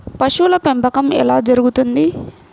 పశువుల పెంపకం ఎలా జరుగుతుంది?